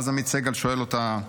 ואז עמית סגל שואל אותה: